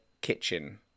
kitchen